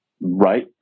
right